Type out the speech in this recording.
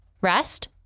Rest